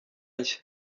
nshya